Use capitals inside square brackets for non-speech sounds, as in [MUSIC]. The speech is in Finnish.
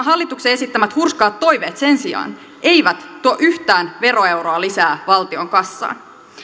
[UNINTELLIGIBLE] hallituksen esittämät hurskaat toiveet sen sijaan eivät tuo yhtään veroeuroa lisää valtion kassaan